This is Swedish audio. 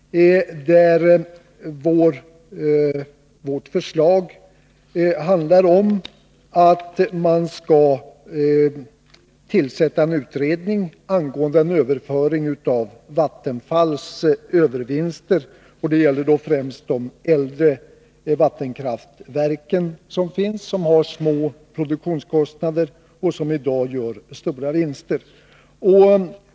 Den handlar om att man skall tillsätta en utredning angående en överföring av vattenfalls övervinster — det gäller främst de äldre vattenkraftverken som har små produktionskostnader och som i dag gör stora vinster.